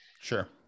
Sure